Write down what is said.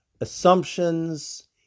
Assumptions